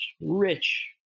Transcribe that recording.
rich